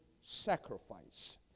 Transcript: sacrifice